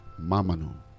Mamanu